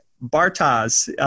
Bartas